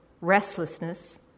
restlessness